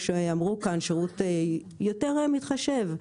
יותר מתחשב.